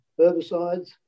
herbicides